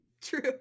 True